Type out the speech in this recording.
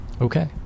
Okay